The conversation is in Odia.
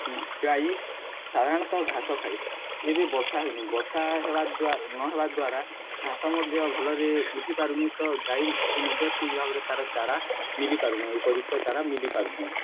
ଗାଈ ସାଧାରଣତଃ ଘାସ ଖାଏ ଏବେ ବର୍ଷା ହେଉନି ବର୍ଷା ହେବା ନହେବା ଦ୍ୱାରା ଘାସ ମଧ୍ୟ ଭଲରେ ଉଠିପାରୁନି ତ ଗାଈକୁ ମଧ୍ୟ ଠିକ୍ ଭାବରେ ତାର ଚାରା ମିଲିପାରୁନାହିଁ ଉପଯୁକ୍ତ ଚାରା ମିଲିପାରୁନାହିଁ